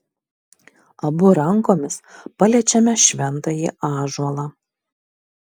abu rankomis paliečiame šventąjį ąžuolą